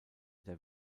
der